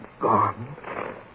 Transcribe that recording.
Gone